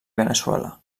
veneçuela